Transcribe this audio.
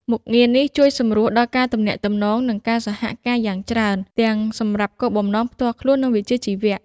មុខងារនេះជួយសម្រួលដល់ការទំនាក់ទំនង និងការសហការយ៉ាងច្រើន ទាំងសម្រាប់គោលបំណងផ្ទាល់ខ្លួន និងវិជ្ជាជីវៈ។